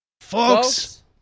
Folks